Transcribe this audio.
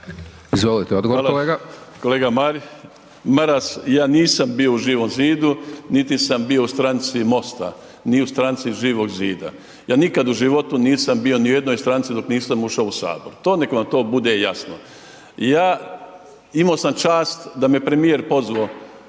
Ivica (Nezavisni)** Hvala. Kolega Maras, ja nisam bio u Živom zidu niti sam bio u stranci MOST-a ni u stranci Živog zida. Ja nikad u životu nisam bio ni u jednoj stranci dok nisam ušao u Sabor, to nek vam bude jasno. Ja imao sam čast da me premijer pozvao